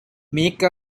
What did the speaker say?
make